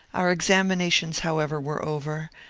our ex aminations however were over,